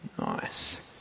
Nice